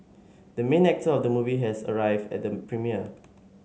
the main actor of the movie has arrived at the premiere